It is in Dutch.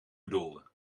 bedoelde